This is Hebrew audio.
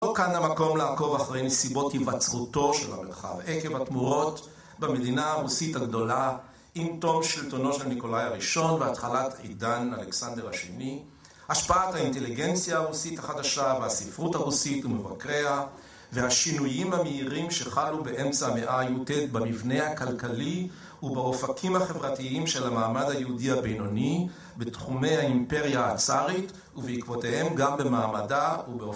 ‫לא כאן המקום לעקוב אחרי נסיבות ‫היווצרותו של המרחב עקב התמורות ‫במדינה הרוסית הגדולה, ‫עם תום שלטונו של ניקולאי הראשון ‫והתחלת עידן אלכסנדר השני, ‫השפעת האינטליגנציה הרוסית החדשה ‫והספרות הרוסית ומבקריה, ‫והשינויים המהירים שחלו באמצע המאה הי"ט במבנה הכלכלי ובאופקים ‫החברתיים של המעמד היהודי הבינוני ‫בתחומי האימפריה הצארית, ‫ובעקבותיהם גם במעמדה ‫וב...